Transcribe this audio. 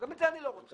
גם את זה אני לא רוצה.